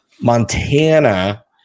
Montana